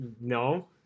No